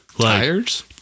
Tires